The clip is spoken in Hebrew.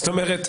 זאת אומרת,